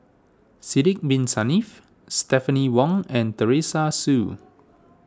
Sidek Bin Saniff Stephanie Wong and Teresa Hsu